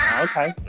Okay